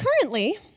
Currently